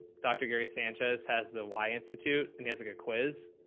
dr. gary sanchez has the why institute and he has a good quiz,